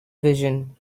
vision